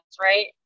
right